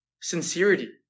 sincerity